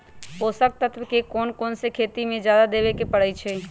पोषक तत्व क कौन कौन खेती म जादा देवे क परईछी?